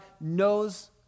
knows